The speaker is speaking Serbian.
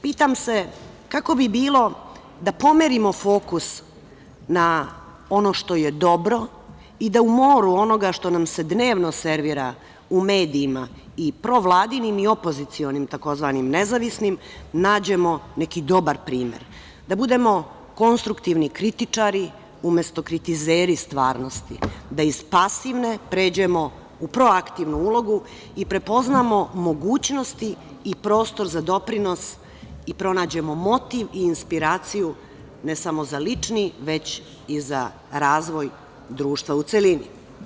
Pitam se kako bi bilo da pomerimo fokus na ono što je dobro i da u moru onoga što nam se dnevno servira u medijima i provladinim i opozicionim, tzv. nezavisnim, nađemo neki dobar primer, da budemo konstruktivni kritičari, umesto kritizeri stvarnosti, da iz pasivne pređemo u proaktivnu ulogu i prepoznamo mogućnosti i prostor za doprinos i pronađemo motiv i inspiraciju ne samo za lični, već i za razvoj društva u celini.